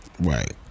Right